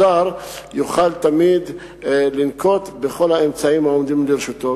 השר יוכל תמיד לנקוט את כל האמצעים העומדים לרשותו.